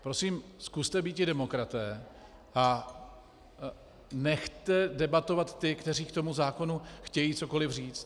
Prosím, zkuste býti demokraté a nechte debatovat ty, kteří k tomu zákonu chtějí cokoliv říct.